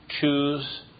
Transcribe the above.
choose